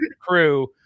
crew